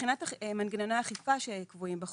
מבחינת מנגנוני אכיפה שקבועים בחוק,